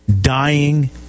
dying